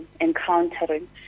encountering